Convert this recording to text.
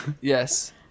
Yes